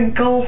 go